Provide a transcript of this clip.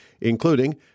including